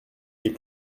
des